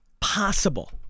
possible